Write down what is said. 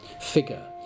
figure